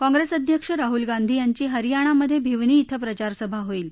काँग्रेस अध्यक्ष राहूल गांधी यांची हरियाणामधे भिवनी क्षे प्रचारसभा होईल